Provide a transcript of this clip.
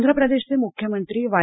आंध्र प्रदेशचे मुख्यमंत्री वाय